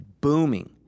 booming